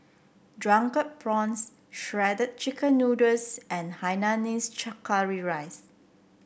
Drunken Prawns Shredded Chicken Noodles and Hainanese chaw Curry Rice